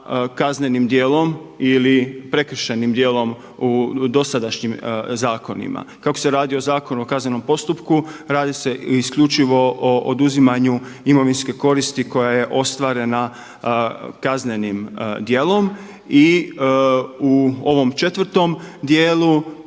kaznenim djelom ili prekršajnim djelom u dosadašnjim zakonima. Kako se radi o Zakonu o kaznenom postupku radi se isključivo o oduzimanju imovinske koristi koja je ostvarena kaznenim djelom. I u ovom četvrtom dijelu